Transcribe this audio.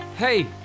Hey